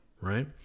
right